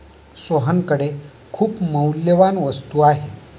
सोहनकडे खूप मौल्यवान वस्तू आहे